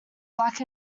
black